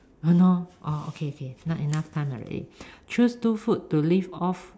!hannor! orh okay okay not enough time already choose two food to live off